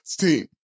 team